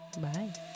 Bye